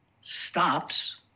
stops